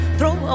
throw